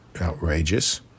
outrageous